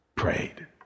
Prayed